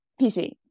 PC